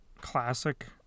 classic